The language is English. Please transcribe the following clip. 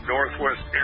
Northwest